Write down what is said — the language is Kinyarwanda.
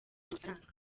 amafaranga